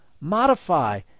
modify